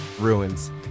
ruins